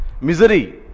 misery